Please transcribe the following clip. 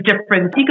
different